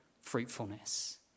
fruitfulness